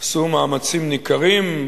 עשו מאמצים ניכרים,